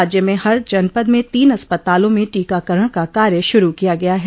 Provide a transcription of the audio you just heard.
राज्य में हर जनपद में तीन अस्पतालों में टीकाकरण का कार्य शुरू किया गया है